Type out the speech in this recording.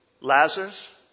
Lazarus